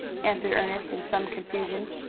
answered ernest in some confusion.